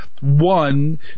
One